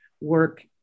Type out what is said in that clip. work